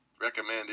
recommend